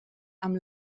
amb